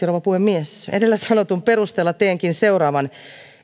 rouva puhemies edellä sanotun perusteella teenkin seuraavan